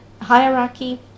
hierarchy